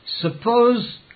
Suppose